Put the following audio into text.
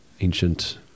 Ancient